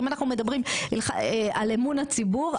אם אנחנו מדברים על אמון הציבור,